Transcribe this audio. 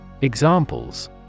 Examples